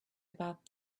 about